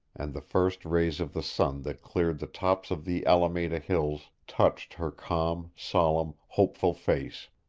and the first rays of the sun that cleared the tops of the alameda hills touched her calm, solemn, hopeful face.